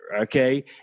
Okay